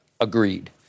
Agreed